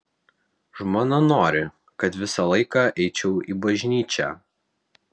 žmona nori kad visą laiką eičiau į bažnyčią